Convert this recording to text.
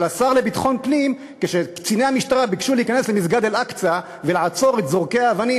אבל כשקציני המשטרה ביקשו להיכנס למסגד אל-אקצא ולעצור את זורקי האבנים